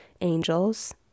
Angels